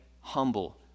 humble